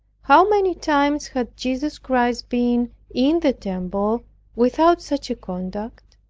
how many times had jesus christ been in the temple without such a conduct?